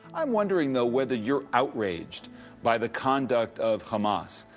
um wondering, though, whether youire outraged by the conduct of hamas,